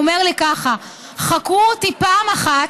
הוא אומר לי ככה: חקרו אותי פעם אחת,